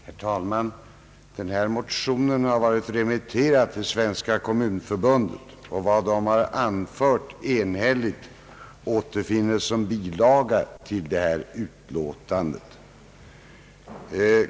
Herr talman! Denna motion har varit remitterad till Svenska kommunförbundet, och vad detta har enhälligt anfört återfinnes i bilaga till utlåtandet.